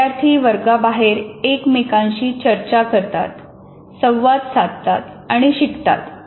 विद्यार्थी वर्गाबाहेर एकमेकांशी चर्चा करतात संवाद साधतात आणि शिकतात